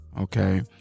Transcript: Okay